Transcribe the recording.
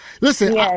listen